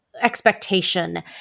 expectation